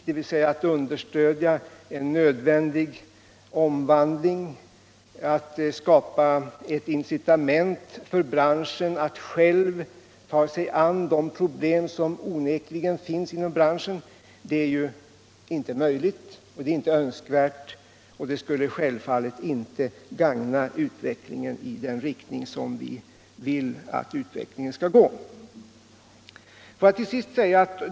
Avsikten måste vara att understödja en nödvändig omvandling och att skapa ett incitament för branschen att själv ta sig an de problem som onekligen finns där. En villkorslös och generell subventionering skulle självfallet inte leda utvecklingen i den riktning vi önskar. Inte heller detta behöver emellertid betyda en fortsatt koncentration.